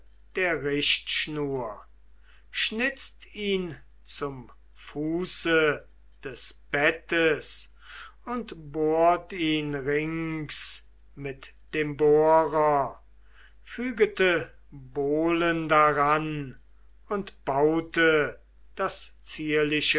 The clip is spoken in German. der richtschnur schnitzt ihn zum fuße des bettes und bohrt ihn rings mit dem bohrer fügete bohlen daran und baute das zierliche